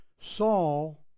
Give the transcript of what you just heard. Saul